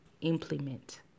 implement